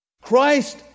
Christ